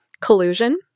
Collusion